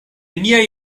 niaj